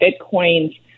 Bitcoins